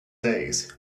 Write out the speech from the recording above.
days